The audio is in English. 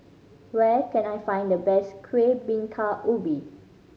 where can I find the best Kueh Bingka Ubi